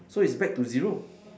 so it's back to zero